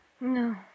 No